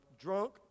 drunk